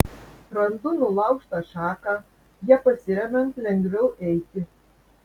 randu nulaužtą šaką ja pasiremiant lengviau eiti